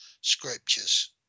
scriptures